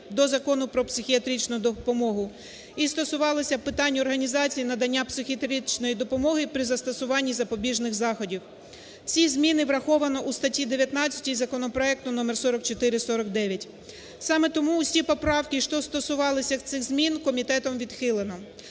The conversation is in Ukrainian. до Закону "Про психіатричну допомогу", і стосувалися питань організації надання психіатричної допомоги при застосуванні запобіжних заходів. Ці зміни враховано у статті 19 законопроекту номер 4449. Саме тому всі поправки, що стосувалися всіх цих змін комітетом відхилено.